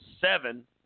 seven